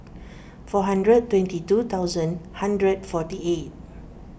four hundred twenty two thousand hundred forty eight